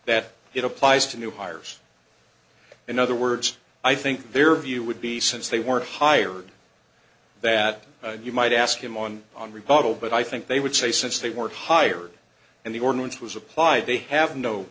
that it applies to new hires in other words i think their view would be since they weren't hired that you might ask him on on rebuttal but i think they would say since they weren't hired and the ordinance was applied they have no